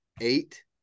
eight